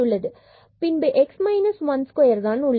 பின்பு x minus 1 squareஸ்கொயர் தான் உள்ளது